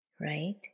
Right